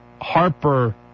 Harper